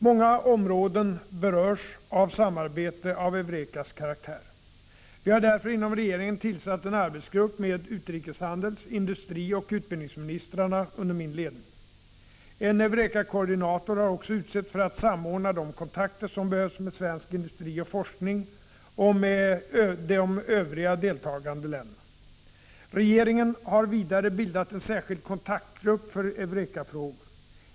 Många områden berörs av samarbete av EUREKA:s karaktär. Vi har därför inom regeringen tillsatt en arbetsgrupp med utrikeshandels-, industrioch utbildningsministrarna under min ledning. En EUREKA-koordinator har också utsetts för att samordna de kontakter som behövs med svensk industri och forskning och med de övriga deltagande länderna. Regeringen har vidare bildat en särskild kontaktgrupp för EUREKA-frågor.